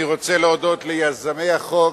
אני רוצה להודות ליוזמי החוק,